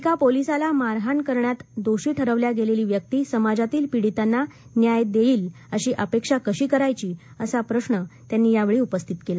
एका पोलिसाला मारहाण करण्यात दोषी ठरवल्या गेलेली व्यक्ती समाजातील पीडितांना न्याय देईल अशी अपेक्षा कशी करायची असा प्रश्न त्यांनी यावेळी उपस्थित केला